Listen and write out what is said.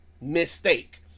mistake